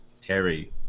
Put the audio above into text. Terry